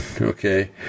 okay